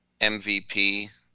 MVP